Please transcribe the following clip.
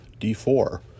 d4